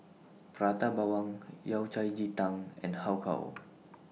Prata Bawang Yao Cai Ji Tang and Har Kow